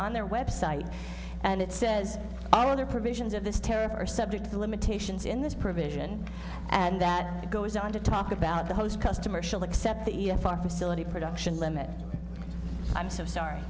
on their website and it says all of the provisions of this terror subject the limitations in this provision and that goes on to time about the host customer she'll accept the f r facility production limit i'm so sorry